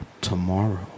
Tomorrow